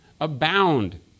abound